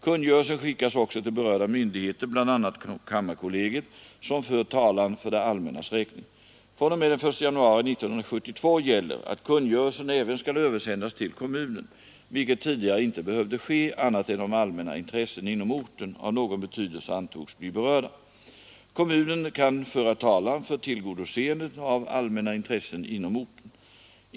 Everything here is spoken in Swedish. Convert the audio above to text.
Kungörelsen skickas också till berörda myndigheter, bl.a. kammarkollegiet, som för talan för det allmännas räkning. fr.o.m. den 1 januari 1972 gäller att kungörelsen även skall översändas till kommunen, vilket tidigare inte behövde ske annat än om allmänna intressen inom orten av någon betydelse antogs bli berörda. Kommunen kan föra talan för tillgodoseende av allmänna intressen inom orten.